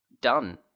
done